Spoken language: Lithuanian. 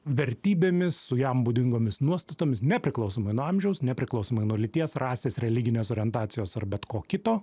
vertybėmis su jam būdingomis nuostatomis nepriklausomai nuo amžiaus nepriklausomai nuo lyties rasės religinės orientacijos ar bet ko kito